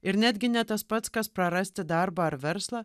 ir netgi ne tas pats kas prarasti darbą ar verslą